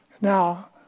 Now